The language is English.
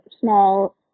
small